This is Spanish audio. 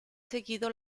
seguido